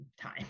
time